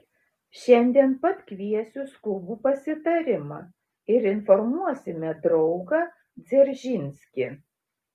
šiandien pat kviesiu skubų pasitarimą ir informuosime draugą dzeržinskį